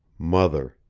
mother,